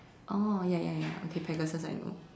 oh ya ya ya okay Pegasus I know